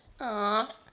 Aw